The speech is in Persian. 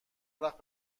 وقت